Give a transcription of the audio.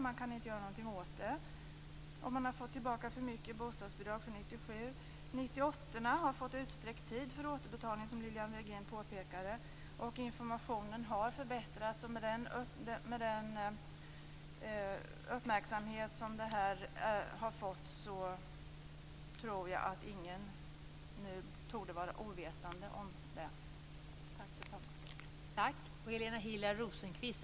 Man kan inte göra någonting åt det om man har fått för mycket bostadsbidrag för 1997. Tiden för att betala tillbaks bidrag från 1998 har utsträckts, som Lilian Virgin påpekade. Informationen har förbättrats.